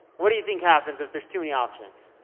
what do you think happens if there's too many options?